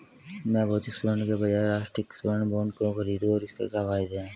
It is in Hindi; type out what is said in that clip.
मैं भौतिक स्वर्ण के बजाय राष्ट्रिक स्वर्ण बॉन्ड क्यों खरीदूं और इसके क्या फायदे हैं?